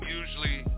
usually